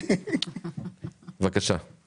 אנחנו